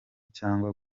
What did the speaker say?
cyangwa